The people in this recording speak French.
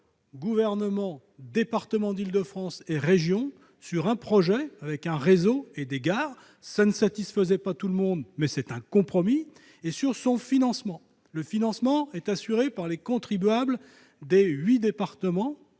Gouvernement, départements d'Île-de-France et région -sur un projet avec un réseau et des gares, qui ne satisfaisait pas tout le monde, mais qui était un compromis, ainsi que sur son financement. Le financement est assuré par les contribuables des huit départements